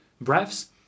breaths